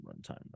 runtime